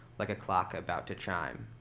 like a clock about to chime.